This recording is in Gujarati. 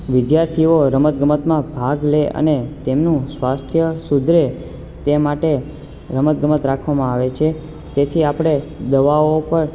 વિદ્યાર્થીઓ રમત ગમતમાં ભાગ લે અને તેમનું સ્વાસ્થ્ય સુધરે તે માટે રમત ગમત રાખવામાં આવે છે તેથી આપણે દવાઓ પર